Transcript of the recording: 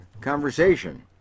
conversation